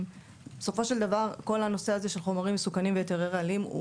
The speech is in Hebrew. בסופו של דבר כל הנושא הזה של חומרים מסוכנים והיתרי רעלים,